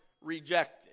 rejected